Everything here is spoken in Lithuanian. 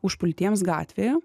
užpultiems gatvėje